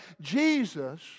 Jesus